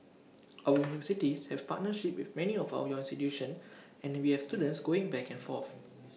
our have partnership with many of out your institutions and we have students going back and forth